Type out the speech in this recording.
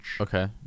Okay